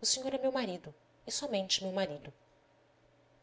o senhor é meu marido e somente meu marido